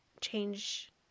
change